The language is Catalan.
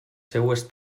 seues